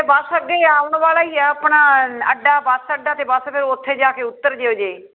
ਅਤੇ ਬੱਸ ਅੱਗੇ ਆਉਣ ਵਾਲਾ ਹੀ ਆ ਆਪਣਾ ਅੱਡਾ ਬੱਸ ਅੱਡਾ ਅਤੇ ਬਸ ਫਿਰ ਉੱਥੇ ਜਾ ਕੇ ਉੱਤਰ ਜਾਇਓ ਜੇ